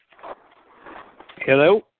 Hello